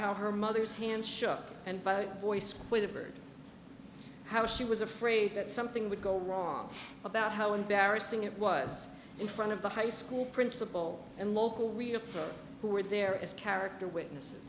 how her mother's hand shook and by voice quavered how she was afraid that something would go wrong about how embarrassing it was in front of the high school principal and local realtor who were there as character witnesses